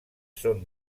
són